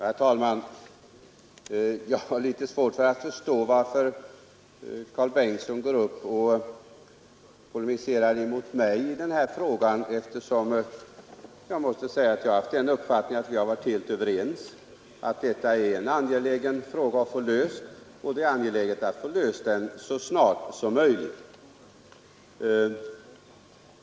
Herr talman! Det är litet svårt för mig att förstå varför herr Karl Bengtsson i Varberg går upp och polemiserar mot mig i den här frågan, eftersom jag har haft den uppfattningen att vi har varit helt överens om att det är angeläget att få denna fråga löst så snart som möjligt.